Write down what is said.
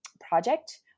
project